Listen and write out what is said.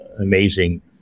amazing